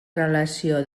relació